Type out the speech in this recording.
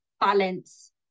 balance